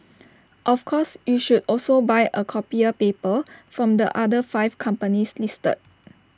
of course you should also buy A copier paper from the other five companies listed